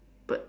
but